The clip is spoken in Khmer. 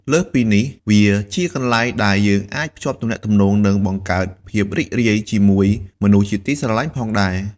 លើសពីនេះ វាជាកន្លែងដែលយើងអាចភ្ជាប់ទំនាក់ទំនង និងបង្កើតភាពរីករាយជាមួយមនុស្សជាទីស្រឡាញ់ផងដែរ។